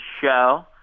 show